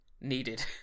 needed